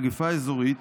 מגפה אזורית